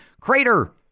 crater